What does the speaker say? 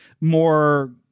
more